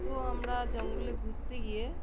তো আমরা জঙ্গলে ঘুরতে গিয়ে